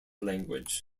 language